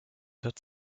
wird